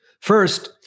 First